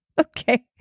Okay